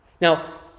Now